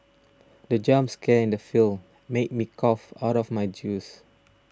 the jump scare in the film made me cough out my juice